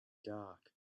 dark